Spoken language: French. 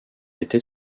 était